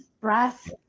breath